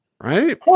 Right